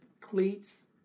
cleats